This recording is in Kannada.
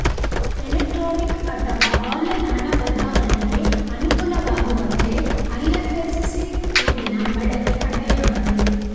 ಎಲೆಕ್ಟ್ರಾನಿಕ್ ಅಥವಾ ಆನ್ಲೈನ್ ಹಣ ವರ್ಗಾವಣೆಗೆ ಅನುಕೂಲವಾಗುವಂತೆ ಐ.ಎಫ್.ಎಸ್.ಸಿ ಕೋಡಿನ ಬಳಕೆ ಕಡ್ಡಾಯವಾಗಿದೆ